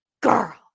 girl